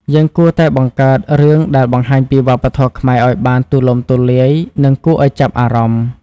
យើងគួរតែបង្កើតរឿងដែលបង្ហាញពីវប្បធម៌ខ្មែរឲ្យបានទូលំទូលាយនិងគួរឲ្យចាប់អារម្មណ៍។